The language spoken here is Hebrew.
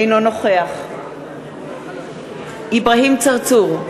אינו נוכח אברהים צרצור,